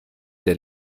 der